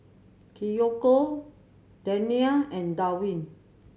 Kiyoko Dania and Darwin